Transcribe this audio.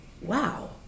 wow